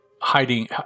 hiding